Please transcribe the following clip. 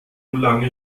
lange